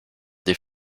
des